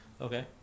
Okay